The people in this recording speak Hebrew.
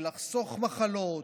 לחסוך מחלות,